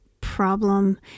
problem